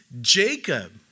Jacob